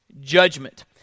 judgment